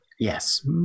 Yes